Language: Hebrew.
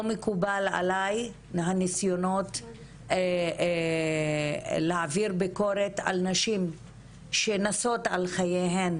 לא מקובל עליי הניסיונות להעביר ביקורת על נשים שנסות על חייהן